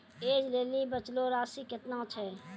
ऐज लेली बचलो राशि केतना छै?